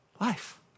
life